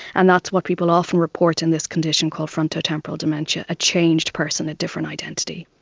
and that's what people often report in this condition called frontotemporal dementia, a changed person, a different identity.